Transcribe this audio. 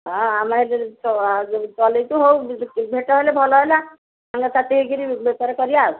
ହଁ ଆମେ ଏ ତ ଚଲେଇଛୁ ହଉ ଭେଟ ହେଲେ ଭଲ ହେଲା ସାଙ୍ଗସାଥି ହେଇକିରି ବେପାର କରିବା ଆଉ